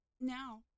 Now